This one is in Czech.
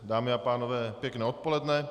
Dámy a pánové, pěkné odpoledne.